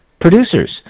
producers